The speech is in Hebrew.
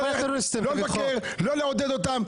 לא לעודד אותם,